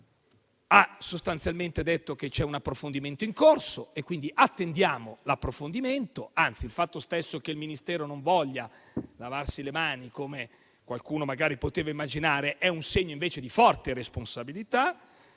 ha sostanzialmente detto che c'è un approfondimento in corso e quindi attendiamo l'approfondimento e, anzi, il fatto stesso che il Ministero non voglia lavarsene le mani, come qualcuno magari poteva immaginare, è invece un segno di forte responsabilità.